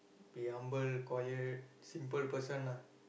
be humble quiet simple person lah